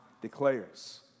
declares